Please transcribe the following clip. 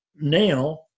Now